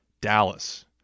Dallas